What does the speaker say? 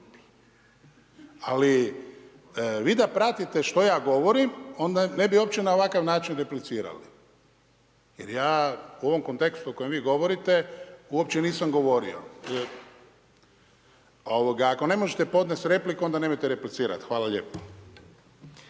Ali vi da pratite što ja govorim, onda ne bi uopće na ovakav način replicirali. Jer ja u ovom kontekstu o kojem vi govorite uopće nisam govorio. Ako ne možete podnest repliku, onda nemojte replicirati. Hvala lijepo.